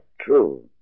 true